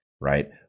right